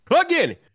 Again